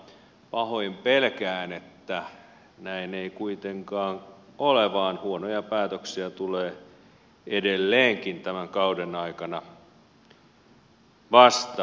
pahoin pelkään että näin ei kuitenkaan ole vaan huonoja päätöksiä tulee edelleenkin tämän kauden aikana vastaan